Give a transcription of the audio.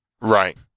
Right